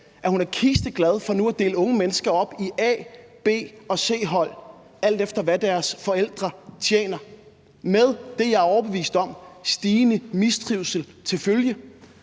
at hun er kisteglad for nu at dele unge mennesker op i A-, B- og C-hold, alt efter hvad deres forældre tjener, med – det er jeg overbevist om – stigende mistrivsel til følge.